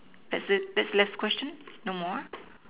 that's it that's the last question no more